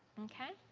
okay,